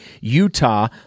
Utah